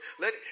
let